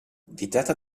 vietata